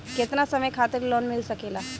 केतना समय खातिर लोन मिल सकेला?